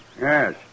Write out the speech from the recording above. Yes